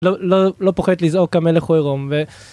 לא, לא, לא פוחדת לזעוק, המלך הוא ערום ו...